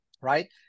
right